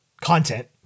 content